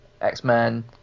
X-Men